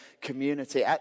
community